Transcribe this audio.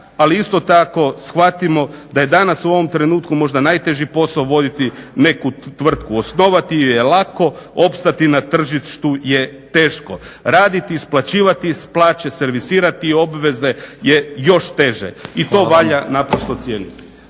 ali isto tako shvatimo da je danas u ovom trenutku možda najteži posao voditi neku tvrtku, osnovati je je lako, opstati na tržištu je teško, raditi, isplaćivati plaće, servisirati obveze je još teže. I to valja naprosto cijeniti.